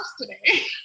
today